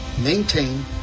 maintain